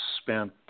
spent –